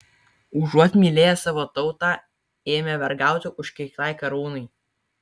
užuot mylėję savo tautą ėmė vergauti užkeiktai karūnai